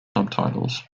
subtitles